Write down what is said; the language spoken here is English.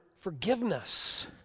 forgiveness